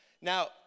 Now